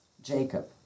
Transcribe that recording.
Jacob